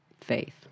faith